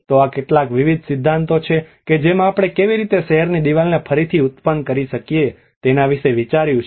તો આ કેટલાક વિવિધ સિદ્ધાંતો છે કે જેમાં આપણે કેવી રીતે શહેરની દિવાલને ફરીથી ઉત્પન્ન કરી શકીએ તેના વિશે વિચાર્યું છે